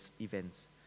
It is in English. events